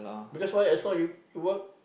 because why as long you you work